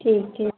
ठीक ठीक